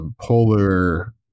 polar